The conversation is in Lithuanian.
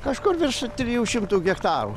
kažkur virš trijų šimtų hektarų